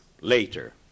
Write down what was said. later